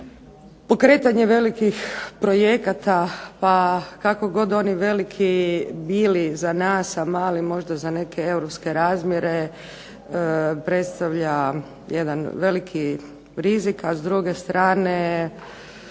pokretanje velikih projekata, pa kako god oni veliki bili za nas, a mali možda za neke europske razmjere predstavlja jedan veliki rizik, a s druge strane